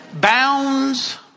bounds